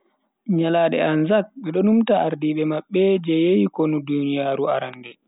Nyalande anzac, bedo numta ardiibe mabbe je yehi konu duniyaaru arande.